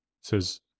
says